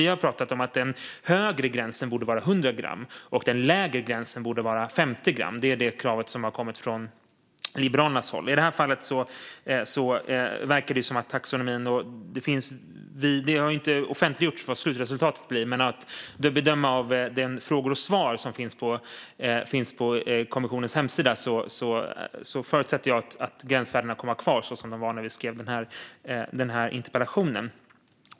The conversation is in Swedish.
Vi har pratat om att den högre gränsen borde vara 100 gram och den lägre gränsen 50 gram; detta är det krav som har kommit från Liberalernas håll. Det har ju inte offentliggjorts vad slutresultatet blir, men utifrån de frågor och svar som finns på kommissionens hemsida förutsätter jag att gränsvärdena kommer att vara kvar som de var när jag ställde den här interpellationen.